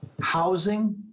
housing